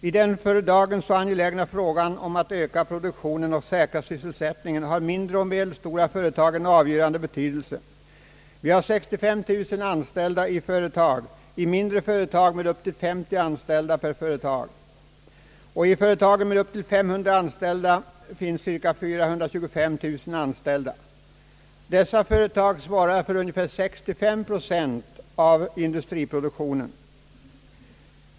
I den för dagen så angelägna frågan att öka produktionen och säkra sysselsättningen har mindre och medelstora företag en avgörande betydelse. Det finns 65 000 anställda i mindre företag med upp till 50 anställda, och i företag med upp till 500 anställda per företag finns cirka 425 000 anställda. Dessa företag svarar för ungefär 65 procent av industriproduktionen.